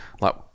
like-